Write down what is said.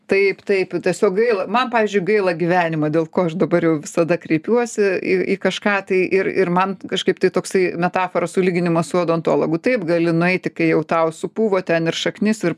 taip taip tiesiog gaila man pavyzdžiui gaila gyvenimo dėl ko aš dabar jau visada kreipiuosi į į kažką tai ir ir man kažkaip tai toksai metafora sulyginimas su odontologu taip gali nueiti kai jau tau supuvo ten ir šaknis ir